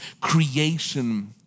creation